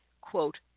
quote